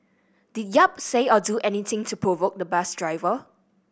did Yap say or do anything to provoke the bus driver